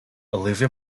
olivia